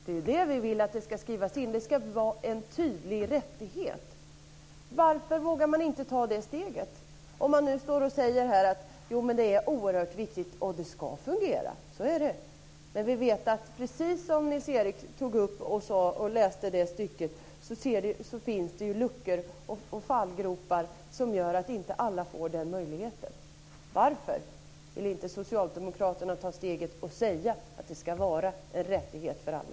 Det är det som vi vill ska skrivas in, att det ska vara en tydlig rättighet. Varför vågar man inte ta det steget, om man nu står och säger att det är oerhört viktigt och att det ska fungera? Så är det. Men vi vet, precis som Nils-Erik Söderqvist tog upp och läste ett stycke om, att det finns luckor och fallgropar som gör att alla inte får den möjligheten. Varför vill inte Socialdemokraterna ta steget och säga att det ska vara en rättighet för alla?